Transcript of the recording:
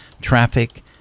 traffic